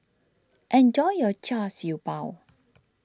enjoy your Char Siew Bao